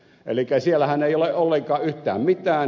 elikkä siellähän ei ole ollenkaan yhtään mitään